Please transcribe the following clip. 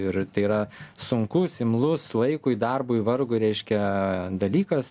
ir tai yra sunkus imlus laikui darbui vargui reiškia dalykas